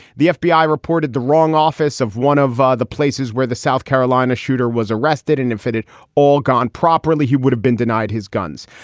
the fbi reported the wrong office of one of ah the places where the south carolina shooter was arrested and it fitted all gone properly. he would have been denied his guns.